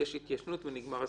יש התיישנות ונגמר הסיפור,